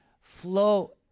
flow